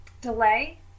delay